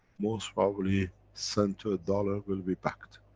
most probably cent ah dollar will be backed.